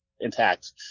intact